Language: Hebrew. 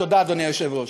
תודה אדוני היושב-ראש.